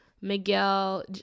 Miguel